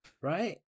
right